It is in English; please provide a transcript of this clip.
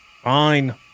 Fine